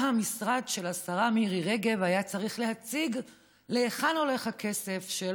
שבה המשרד של השרה מירי רגב היה צריך להציג להיכן הולך הכסף של